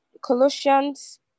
Colossians